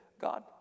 God